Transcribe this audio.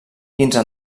quinze